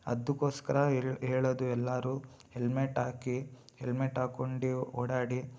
ಅದಕ್ಕೋಸ್ಕರ ಏಳ ಹೇಳದು ಎಲ್ಲರು ಹೆಲ್ಮೆಟ್ ಹಾಕಿ ಹೆಲ್ಮೆಟ್ ಹಾಕೊಂಡಿ ಓಡಾಡಿ